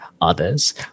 others